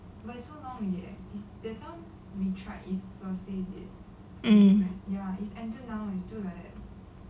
um